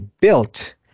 built